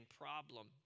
problem